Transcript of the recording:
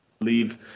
leave